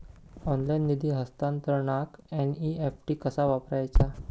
Online निधी हस्तांतरणाक NEFT कसा वापरायचा?